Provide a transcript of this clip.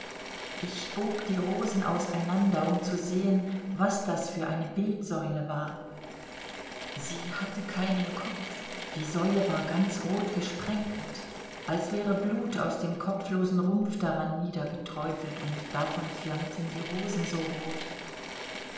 ich bog die rosen auseinander um zu sehen was das für ein bildsäule war sie hatte keinen kopf die säule war ganz rot gesprenkelt als wäre blut aus dem kopflosen rumpf daran niedergeträufelt und davon flammten die rosen so rot